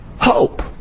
Hope